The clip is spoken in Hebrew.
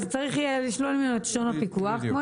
צריך יהיה לשלול ממנו את רישיון הפיקוח כמו